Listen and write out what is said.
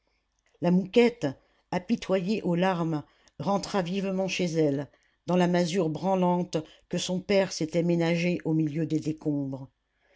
la mouquette apitoyée aux larmes rentra vivement chez elle dans la masure branlante que son père s'était ménagée au milieu des décombres